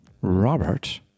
Robert